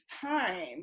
time